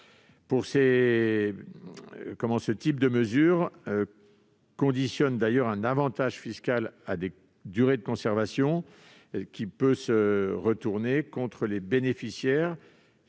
ce type de mesures qui conditionnent un avantage fiscal à des durées de conservation peut se retourner contre les bénéficiaires,